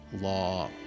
law